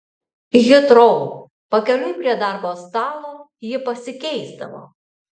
hitrou pakeliui prie darbo stalo ji pasikeisdavo